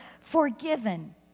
forgiven